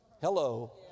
Hello